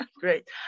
great